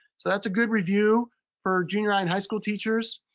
so that's a good review for junior high and high school teachers.